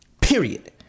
Period